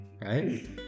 right